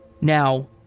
now